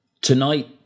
Tonight